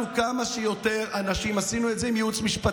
עניין של בדיקה מודיעינית, זאת דרישה.